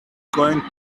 going